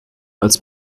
als